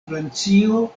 francio